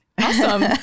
Awesome